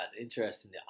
Interesting